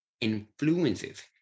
influences